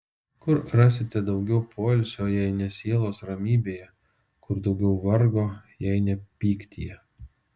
kur rasite daugiau poilsio jei ne sielos ramybėje kur daugiau vargo jei ne pyktyje